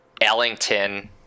Ellington